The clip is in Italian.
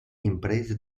imprese